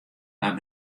waard